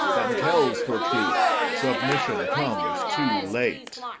and tells for truth submission comes too late?